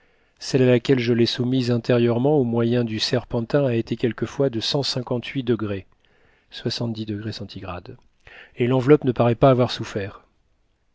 celle à laquelle je l'ai soumise intérieurement au moyen du serpentin a été quelquefois de cent cinquante-huit degrés et l'enveloppe ne paraît pas avoir souffert